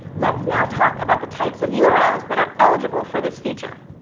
let's now talk about the types of yeah urls that are eligible for this feature.